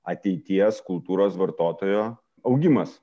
ateities kultūros vartotojo augimas